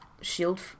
shield